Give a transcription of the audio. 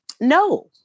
No